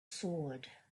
sword